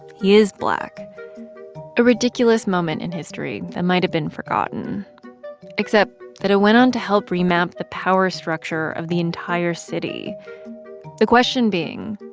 he is black a ridiculous moment in history that might have been forgotten except that it went on to help remap the power structure of the entire city the question being,